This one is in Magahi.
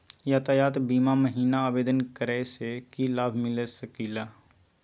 यातायात बीमा महिना आवेदन करै स की लाभ मिलता सकली हे?